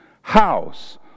house